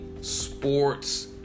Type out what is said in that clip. sports